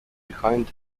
behind